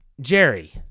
Jerry